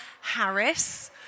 Harris